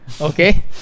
okay